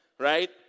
right